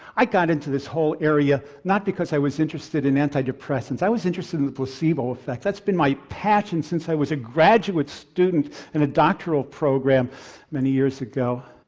i got into this whole area not because i was interested in antidepressants, i was interested in the placebo effect, that's been my passion since i was a graduate student in a doctoral program many years ago.